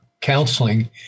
Counseling